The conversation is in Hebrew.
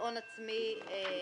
הון עצמי מזערי.